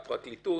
לפרקליטות,